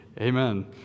Amen